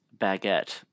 baguette